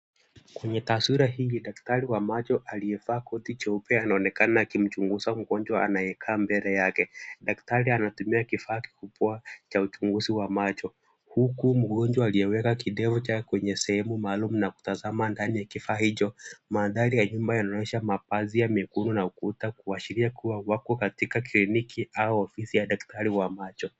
Kwenye taswira hii, daktari wa macho aliyevaa koti jeupe anaonekana akimchunguza mgonjwa anayekaa mbele yake. Daktari anatumia kifaa kikubwa cha uchunguzi wa macho, huku mgonjwa aliyeweka kidevu chake kwenye sehemu maalum, na kutazama ndani ya kifaa hicho. Mandhari ya nyumba yanaonyesha mapazia mekundu na ukuta, kuashiria kuwa wako katika kliniki au ofisi ya daktari wa macho.